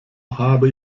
habe